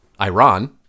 Iran